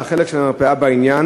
על החלק של המרפאה בעניין.